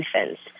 infants